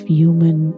human